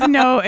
no